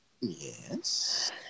Yes